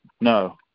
No